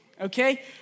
Okay